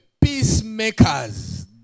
peacemakers